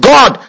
God